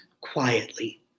quietly